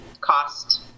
cost